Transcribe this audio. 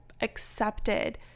accepted